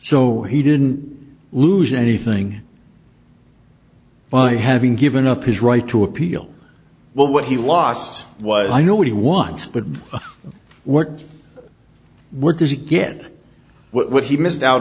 so he didn't lose anything by having given up his right to appeal well what he lost was i know what he wants but what workers you get what he missed out